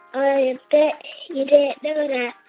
i bet you didn't know